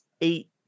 eight